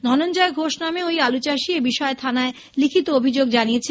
ধনঞ্জয় ঘোষ নামে ঐ আলুচাষী এ বিষয়ে থানায় লিখিত অভিযোগ জানিয়েছেন